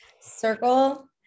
circle